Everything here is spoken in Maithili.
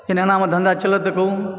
एना मे धंधा चलत से कहूँ